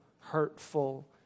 hurtful